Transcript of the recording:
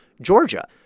Georgia